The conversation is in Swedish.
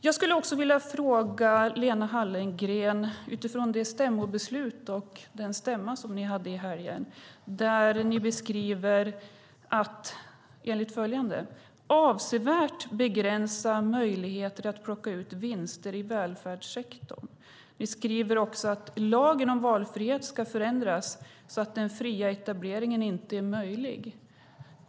Jag skulle också vilja ställa en fråga till Lena Hallengren utifrån kongressbeslutet på den kongress ni hade i helgen, där ni beskriver att ni vill avsevärt begränsa möjligheter att plocka ut vinster i välfärdssektorn. Ni skriver också att lagen om valfrihet ska förändras så att den fria etableringen inte är möjlig.